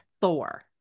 Thor